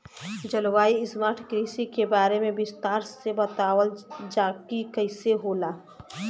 जलवायु स्मार्ट कृषि के बारे में विस्तार से बतावल जाकि कइसे होला?